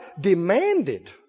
Demanded